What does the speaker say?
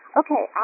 okay